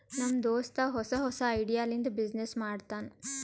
ನಮ್ ದೋಸ್ತ ಹೊಸಾ ಹೊಸಾ ಐಡಿಯಾ ಲಿಂತ ಬಿಸಿನ್ನೆಸ್ ಮಾಡ್ತಾನ್